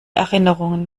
erinnerungen